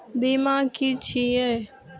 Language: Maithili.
बीमा की छी ये?